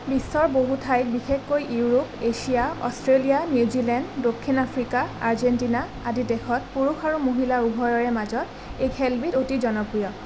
বিশ্বৰ বহু ঠাইত বিশেষকৈ ইউৰোপ এছিয়া অষ্ট্ৰেলিয়া নিউজিলেণ্ড দক্ষিণ আফ্ৰিকা আৰ্জেণ্টিনা আদি দেশত পুৰুষ আৰু মহিলা উভয়ৰে মাজত এই খেলবিধ অতি জনপ্ৰিয়